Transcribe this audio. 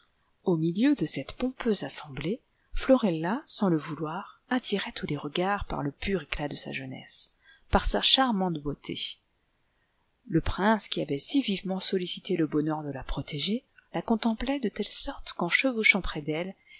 au milieu de cette pompeuse assemblée florella sans le vouloir attirait tous les regards par le pur éclat de sa jeunesse par sa charmante beauté le prince qui avait si vivement sollicité le bonheur de la protéger la contemplait de telle sorte qu'en chevauchant près d'elle